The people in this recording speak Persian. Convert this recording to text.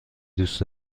دوست